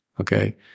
Okay